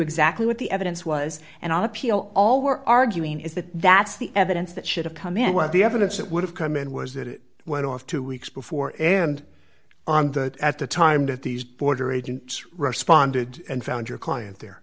exactly what the evidence was and on appeal all we're arguing is that that's the evidence that should have come in with the evidence that would have come in was that it went off two weeks before and on that at the time that these border agents responded and found your client there